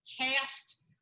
cast